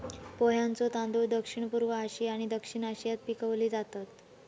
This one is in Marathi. पोह्यांचे तांदूळ दक्षिणपूर्व आशिया आणि दक्षिण आशियात पिकवले जातत